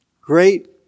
Great